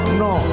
no